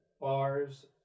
Bars